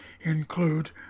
include